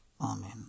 Amen